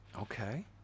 Okay